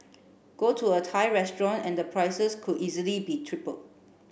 go to a Thai restaurant and the prices could easily be tripled